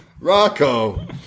Rocco